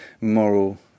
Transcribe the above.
moral